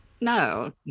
No